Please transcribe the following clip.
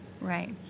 Right